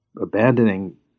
abandoning